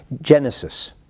Genesis